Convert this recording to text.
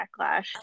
backlash